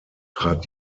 trat